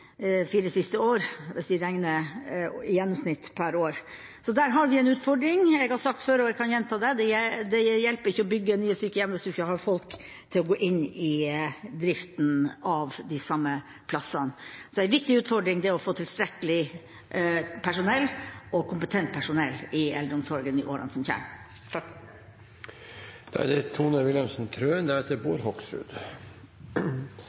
gjennomsnitt per år, så der har vi en utfordring. Jeg har sagt det før, og jeg kan gjenta det: Det hjelper ikke å bygge nye sykehjem hvis man ikke har folk nok til å gå inn i driften der. Det er en viktig utfordring å få tilstrekkelig med personell, og kompetent personell, i eldreomsorgen i årene som kommer. Som saksordfører for representantforslaget fra SV om å sikre menneskerettighetene i eldreomsorgen er det